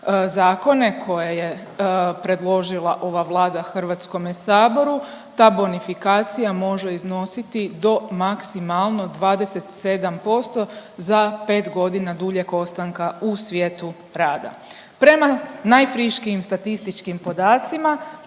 zakone koje je predložila ova Vlada Hrvatskome saboru, ta bonifikacija može iznositi do maksimalno 27% za 5 godina duljeg ostanka u svijetu rada. Prema najfriškijim statističkim podacima